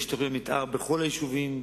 יש תוכניות מיתאר בכל היישובים.